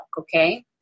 okay